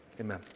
Amen